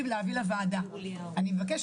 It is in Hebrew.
לא הבנתי.